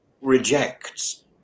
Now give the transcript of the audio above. rejects